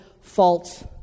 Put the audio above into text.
false